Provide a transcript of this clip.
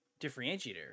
differentiator